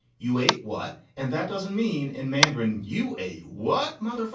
you wait. what? and that doesn't mean in mandarin you aid what, mother?